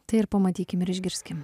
tai ir pamatykim ir išgirskim